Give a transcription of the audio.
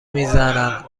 میزنند